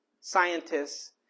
scientists